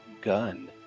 gun